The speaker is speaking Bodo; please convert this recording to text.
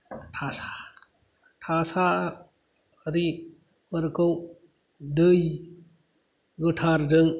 थासारि फोरखौ दै गोथार जों